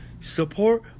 Support